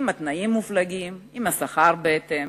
עם תנאים מופלגים ועם שכר בהתאם.